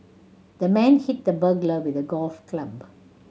the man hit the burglar with a golf club